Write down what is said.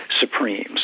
Supremes